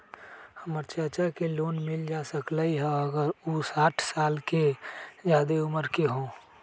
हमर चाचा के लोन मिल जा सकलई ह अगर उ साठ साल से जादे उमर के हों?